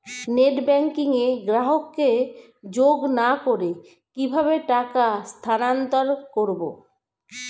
Net banking এ গ্রাহককে যোগ না করে কিভাবে টাকা স্থানান্তর করব?